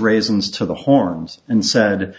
raisins to the horns and said